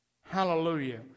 Hallelujah